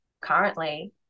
currently